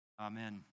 Amen